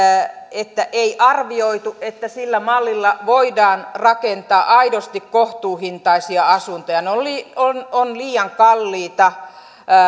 että ei arvioitu että sillä mallilla voidaan rakentaa aidosti kohtuuhintaisia asuntoja ne ovat liian kalliita